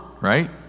right